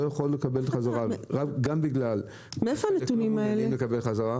מאיפה הנתונים האלה?